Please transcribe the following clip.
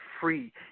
free